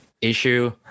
issue